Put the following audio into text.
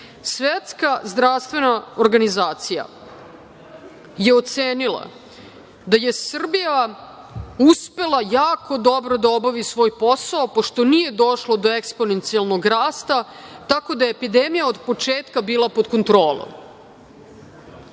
Svetska zdravstvena organizacija je ocenila da je Srbija uspela jako dobro da obavi svoj posao, a pošto nije došlo do eksponencijalnog rasta, tako da epidemija od početka bila pod kontrolom. Ja